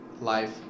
life